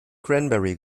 cranberry